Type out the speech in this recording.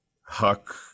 Huck